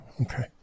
Okay